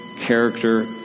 character